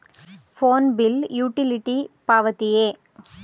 Phone bill utility ಪಾವತಿಯೇ?